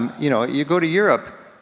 um you know you go to europe,